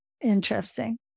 Interesting